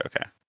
Okay